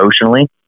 emotionally